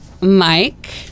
Mike